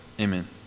amen